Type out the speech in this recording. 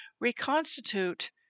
reconstitute